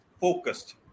focused